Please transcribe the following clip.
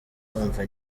numva